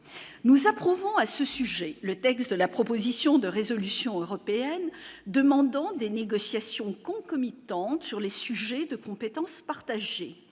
nous approuvons à ce sujet, le texte de la proposition de résolution européenne demandant des négociations concomitantes sur les sujets de compétences partagées